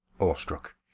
awestruck